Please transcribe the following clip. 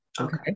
okay